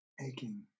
aching